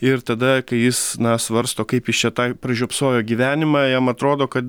ir tada kai jis na svarsto kaip jis čia tą pražiopsojo gyvenimą jam atrodo kad